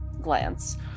glance